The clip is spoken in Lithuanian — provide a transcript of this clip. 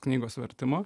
knygos vertimo